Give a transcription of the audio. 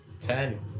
Ten